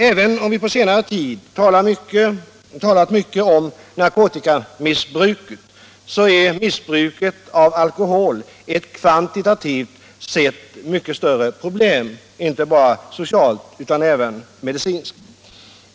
Även om vi på senare tid talat mycket om narkotikamissbruket är missbruket av alkohol ett kvantitativt sett mycket större problem, inte bara socialt utan även medicinskt.